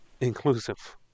inclusive